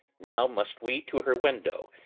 now must we to her window,